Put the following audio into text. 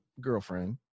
girlfriend